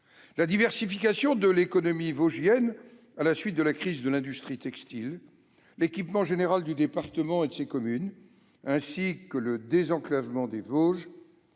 La diversification de l'économie vosgienne à la suite de la crise de l'industrie textile, l'équipement général du département et de ses communes, ainsi que le désenclavement des Vosges,